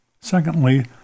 Secondly